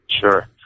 Sure